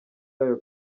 yayo